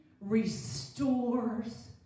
restores